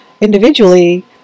individually